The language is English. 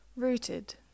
Rooted